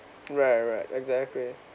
right right exactly